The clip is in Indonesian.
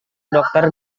dokter